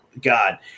God